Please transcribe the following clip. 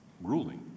ruling